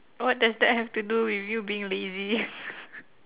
what does that have to do with you being lazy